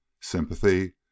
Sympathy